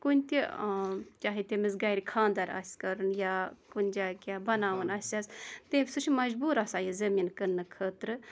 کُنہِ تہِ عام چاہے تٔمِس گرِ خاندر آسہِ کَرُن یا کُنہِ جایہِ کیٚنٛہہ بَناوُن آسیٚس تہٕ سُہ چھُ مَجبوٗر آسان یہِ زٔمیٖن کٕننہٕ خٲطرٕ